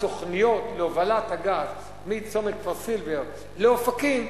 התוכניות להובלת הגז מצומת כפר-סילבר לאופקים,